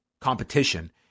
competition